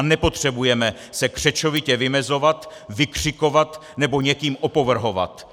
Nepotřebujeme se křečovitě vymezovat, vykřikovat, nebo někým opovrhovat!